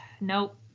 nope